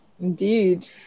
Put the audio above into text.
indeed